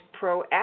proactive